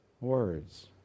Words